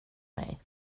mig